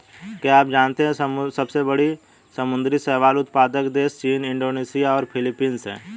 क्या आप जानते है सबसे बड़े समुद्री शैवाल उत्पादक देश चीन, इंडोनेशिया और फिलीपींस हैं?